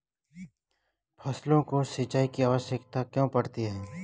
फसलों को सिंचाई की आवश्यकता क्यों पड़ती है?